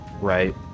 right